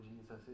Jesus